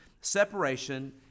separation